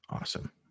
Awesome